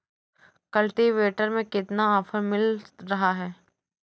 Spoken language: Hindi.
कल्टीवेटर में कितना ऑफर मिल रहा है?